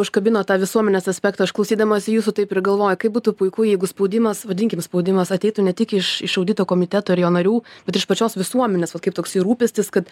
užkabinot tą visuomenės aspektą aš klausydamasi jūsų taip ir galvoju kaip būtų puiku jeigu spaudimas vadinkim spaudimas ateitų ne tik iš iš audito komiteto ir jo narių bet iš pačios visuomenės vat kaip toksai rūpestis kad